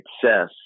success